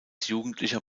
jugendlicher